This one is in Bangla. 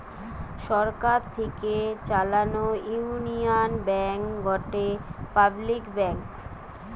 সরকার থেকে চালানো ইউনিয়ন ব্যাঙ্ক গটে পাবলিক ব্যাঙ্ক